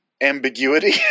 ambiguity